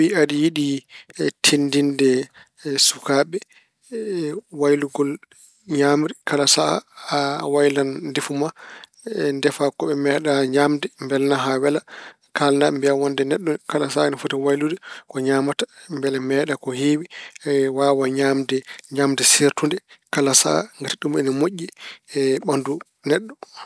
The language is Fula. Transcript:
So tawi aɗa yiɗi tintinde sukaaɓe waylugol ñaamri, kala sahaa a waylan ndefu ma. Ndefa ko ɓe meeɗaa ñaamde, mbelna haa wela. Kaalnaa ɓe, mbiya ɓe wonde neɗɗo kala sahaa ina foti waylude ko ñaamata mbela meeɗa ko heewi e waawa ñaamde ñaamde seertude kala sahaa ngati ɗum ina moƴƴi e ɓanndu neɗɗo.